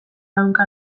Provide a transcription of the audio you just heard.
ehunka